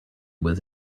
was